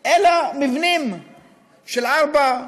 אלא מבנים של ארבע,